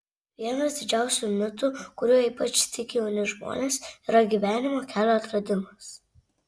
vienas didžiausių mitu kuriuo ypač tiki jauni žmonės yra gyvenimo kelio atradimas